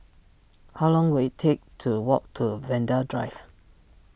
how long will it take to walk to Vanda Drive